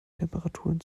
temperaturen